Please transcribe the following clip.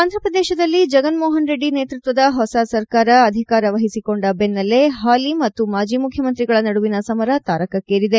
ಆಂಧ್ರಪ್ರದೇಶದಲ್ಲಿ ಜಗನ್ಮೋಹನ್ ರೆಡ್ಡಿ ನೇತೃತ್ವದ ಹೊಸ ಸರಕಾರ ಅಧಿಕಾರ ವಹಿಸಿಕೊಂಡ ಬೆನ್ನಲ್ಲೇ ಹಾಲಿ ಮತ್ತು ಮಾಜಿ ಮುಖ್ಯಮಂತ್ರಿಗಳ ನಡುವಿನ ಸಮರ ತಾರಕಕ್ಕೇರಿದೆ